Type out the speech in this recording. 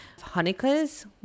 Hanukkahs